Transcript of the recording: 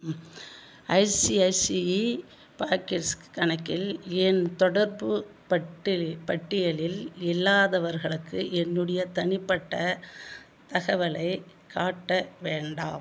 ICICI pockets கணக்கில் என் தொடர்பு பட்டியல் பட்டியலில் இல்லாதவர்களுக்கு என்னுடைய தனிப்பட்ட தகவலைக் காட்ட வேண்டாம்